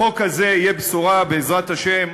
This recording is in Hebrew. החוק הזה יהיה בשורה, בעזרת השם,